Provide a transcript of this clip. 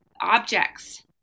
objects